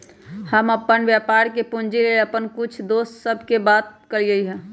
हम अप्पन व्यापार के पूंजी लेल अप्पन कुछ दोस सभ से बात कलियइ ह